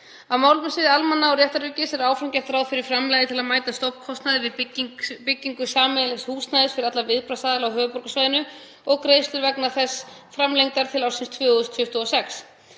Á málefnasviði almanna- og réttaröryggis er áfram gert ráð fyrir framlagi til að mæta stofnkostnaði við byggingu sameiginlegs húsnæðis fyrir alla viðbragðsaðila á höfuðborgarsvæðinu og greiðslur vegna þess framlengdar til ársins 2026.